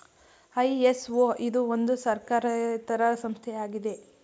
ISO ಇದು ಒಂದು ಸರ್ಕಾರೇತರ ಸಂಸ್ಥೆ ಆಗಿದೆ